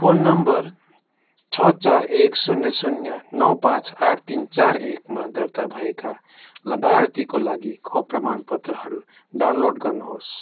phone number छ चार एक शून्य शून्य नौ पाँच आठ तिन चार एकमा दर्ता भएका लाभार्थीको लागि खोप प्रमाणपत्रहरू डाउनलोड गर्नुहोस्